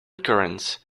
currents